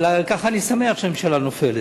אבל ככה אני שמח שהממשלה נופלת.